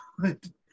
good